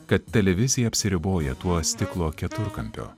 kad televizija apsiriboja tuo stiklo keturkampiu